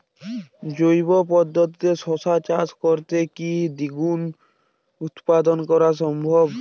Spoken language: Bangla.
জৈব পদ্ধতিতে শশা চাষ করে কি দ্বিগুণ উৎপাদন করা সম্ভব?